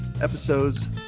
episodes